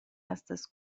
estas